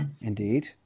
Indeed